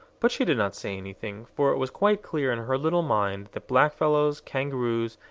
but she did not say anything, for it was quite clear in her little mind that blackfellows, kangaroos,